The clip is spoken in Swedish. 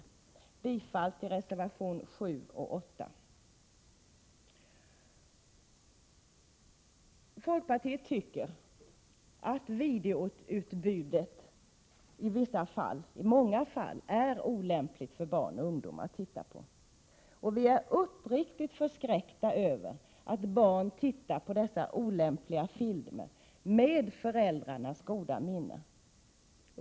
Jag yrkar bifall till reservationerna 7 och 8. Folkpartiet tycker att videoutbudet i många fall är olämpligt för barn och ungdomar att titta på. Och vi är uppriktigt förskräckta över att barn tittar på dessa olämpliga filmer med föräldrarnas goda minne.